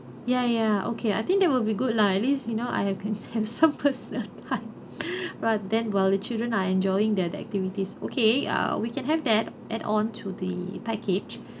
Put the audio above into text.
ya ya okay I think that will be good lah at least you know I have can have some personal time right then while the children are enjoying their their activities okay uh we can have that add on to the package